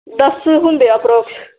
ਦਸ ਹੁੰਦੇ ਆ ਐਪਰੋਕਸ